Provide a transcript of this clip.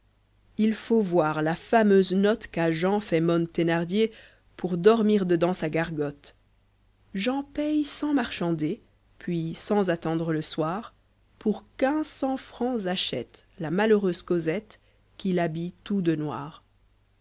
il faut voir la fameuse noie qu'à jean fait mons thenardier four dormir dedans sa gargote jean paie sans marchander vfuis sans altendreje spjr pour quinze cents fraucs achète la malheureuse cosette qu'il habille tout de noir